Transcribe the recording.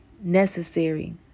necessary